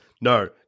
No